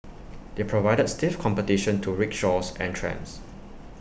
they provided stiff competition to rickshaws and trams